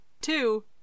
two